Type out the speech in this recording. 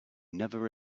never